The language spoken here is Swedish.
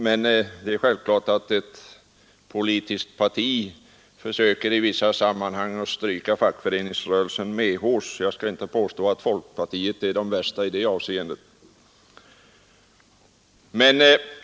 Men det är självklart att ett politiskt parti i vissa sammanhang försöker stryka fackföreningsrörelsen medhårs; jag skall inte påstå att folkpartiet är värst i det avseendet.